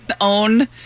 own